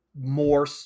more